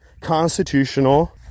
constitutional